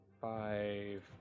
five